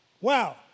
Wow